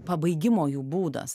pabaigimo jų būdas